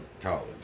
college